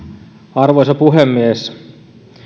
arvoisa puhemies